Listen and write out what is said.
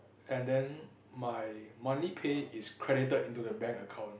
and then my monthly pay is credited into the bank account